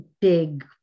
big